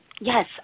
yes